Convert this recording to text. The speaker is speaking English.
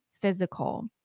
physical